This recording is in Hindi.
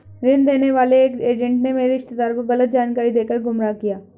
ऋण देने वाले एक एजेंट ने मेरे रिश्तेदार को गलत जानकारी देकर गुमराह किया